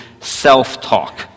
self-talk